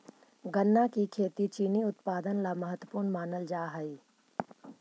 गन्ना की खेती चीनी उत्पादन ला महत्वपूर्ण मानल जा हई